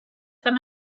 them